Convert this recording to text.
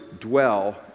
dwell